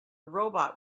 robot